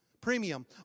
premium